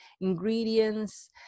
ingredients